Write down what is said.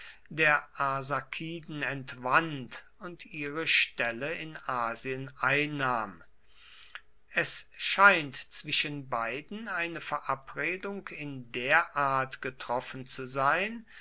der arsakiden entwand und ihre stelle in asien einnahm es scheint zwischen beiden eine verabredung in der art getroffen zu sein